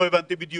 לא הבנתי בדיוק.